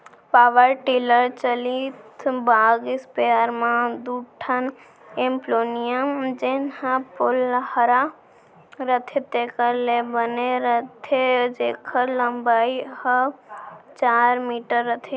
power tiller चलित बाग spare म दू ठन एलमोनियम जेन ह पोलहा रथे तेकर ले बने रथे जेकर लंबाई हर चार मीटर रथे